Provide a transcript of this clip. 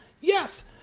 yes